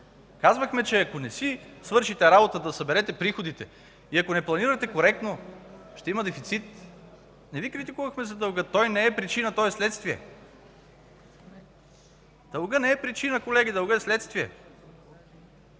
Казвахме, че ако не си свършите работата да съберете приходите и ако не планирате коректно, ще има дефицит! Не Ви критикувахме за дълга, той не е причина – той е следствие. Дългът не е причина, колеги, дългът е следствие!